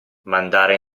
mandare